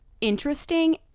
interesting